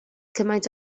cymaint